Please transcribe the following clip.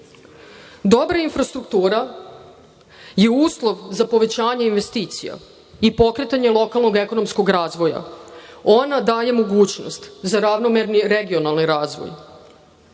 Dobra infrastruktura je uslov za povećanje investicija i pokretanje lokalnog ekonomskog razvoja. Ona daje mogućnost za ravnomerni regionalni razvoj. Ne